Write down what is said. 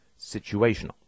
situational